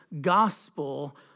gospel